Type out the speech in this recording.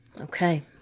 okay